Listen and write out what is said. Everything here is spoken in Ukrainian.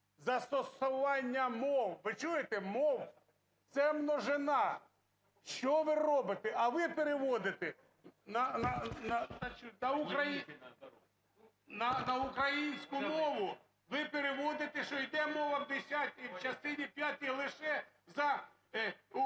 "Застосування мов…" Ви чуєте? Мов! Це множина! Що ви робите? А ви переводите на українську мову, ви переводите, що йде мова в 10-й, частині п'ятій, лише за…